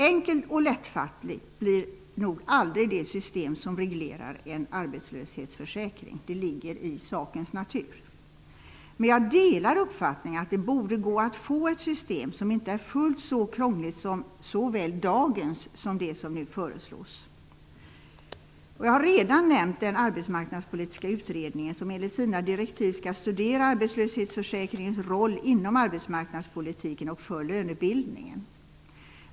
Enkelt och lättfattligt blir nog aldrig det system som reglerar en arbetslöshetsförsäkring. Det ligger i sakens natur. Men jag delar uppfattningen att det borde gå att få ett system som inte är fullt så krångligt som dagens eller det som nu föreslås. Jag har redan nämnt den arbetsmarknadspolitiska utredningen, som enligt sina direktiv skall studera arbetslöshetsförsäkringens roll inom arbetsmarknadspolitiken och för lönebildningen.